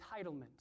entitlement